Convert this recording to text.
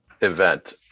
event